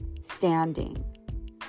standing